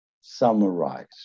summarize